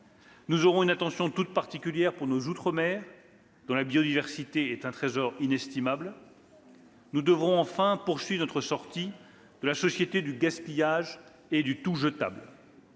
Nous aurons une attention toute particulière pour nos outre-mer, dont la biodiversité est un trésor inestimable. « Nous devrons enfin poursuivre notre sortie de la société du gaspillage et du tout-jetable.